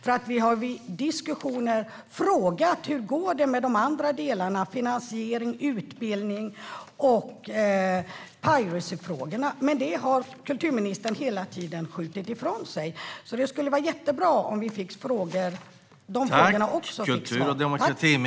Vi har vid diskussioner frågat: Hur går det med de andra delarna, finansiering, utbildning och piracyfrågorna? Men det har kulturministern hela tiden skjutit ifrån sig. Det skulle vara jättebra om vi fick svar också på de frågorna.